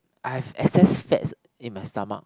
I have access fat in my stomach